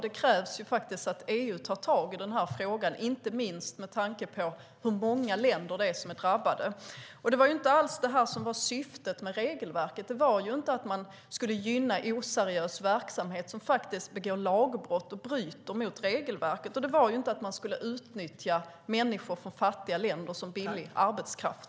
Det krävs att EU tar tag i frågan inte minst med tanke på hur många länder som är drabbade. Syftet med regelverket var inte alls att gynna oseriös verksamhet där man begår lagbrott och bryter mot regelverket och att man skulle utnyttja människor från fattiga länder som billig arbetskraft.